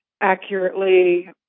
accurately